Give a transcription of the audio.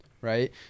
Right